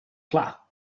clar